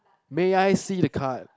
may I see the card